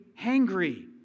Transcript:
hangry